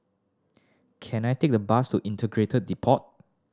can I take the bus to Integrated Depot